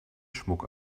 schmuck